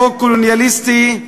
חוק קולוניאליסטי,